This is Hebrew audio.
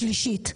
השלישית.